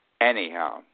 Anyhow